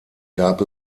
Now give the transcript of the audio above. gab